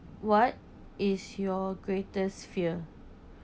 what is your greatest fear